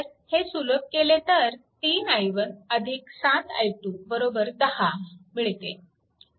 तर हे सुलभ केले तर 3i1 7 i2 10 मिळते